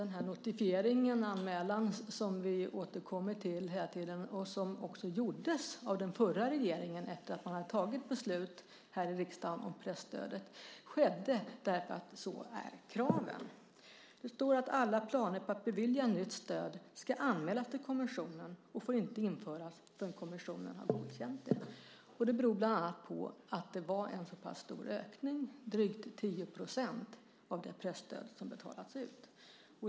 Notifieringen, anmälan, som vi återkommer till hela tiden, och som gjordes av den förra regeringen efter det att riksdagen fattat beslut om presstödet, skedde därför att så är kraven. Det står att alla planer på att bevilja nytt stöd ska anmälas till kommissionen och får inte införas förrän kommissionen har godkänt det. Det beror bland annat på att det är fråga om en så pass stor ökning, drygt 10 %, av det presstöd som betalats ut.